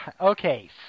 Okay